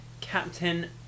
Captain